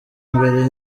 imbere